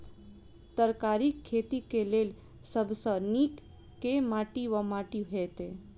तरकारीक खेती केँ लेल सब सऽ नीक केँ माटि वा माटि हेतै?